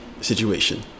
situation